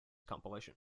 compilation